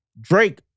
Drake